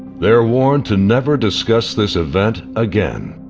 they are warned to never discuss this event again.